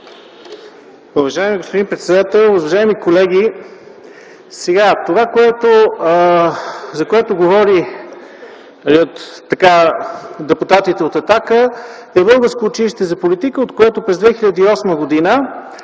Уважаеми господин председател, уважаеми колеги! Това, за което говорят депутатите от „Атака”, е Българско училище за политика, от което през 2008 г.